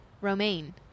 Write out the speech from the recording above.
Romaine